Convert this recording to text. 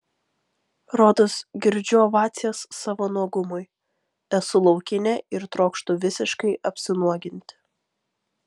rodos girdžiu ovacijas savo nuogumui esu laukinė ir trokštu visiškai apsinuoginti